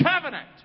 Covenant